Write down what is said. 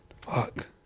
Fuck